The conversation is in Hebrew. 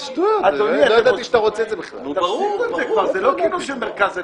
אדוני, זה לא כינוס של מרכז הליכוד.